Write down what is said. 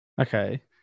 Okay